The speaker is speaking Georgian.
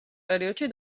პერიოდში